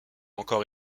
encore